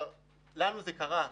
לנו זה קרה,